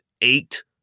eight